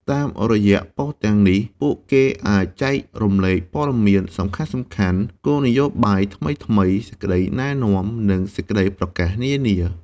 តាមរយៈប៉ុស្តិ៍ទាំងនេះ ពួកគេអាចចែករំលែក ព័ត៌មានសំខាន់ៗ គោលនយោបាយថ្មីៗ សេចក្តីណែនាំ និងសេចក្តីប្រកាសនានា។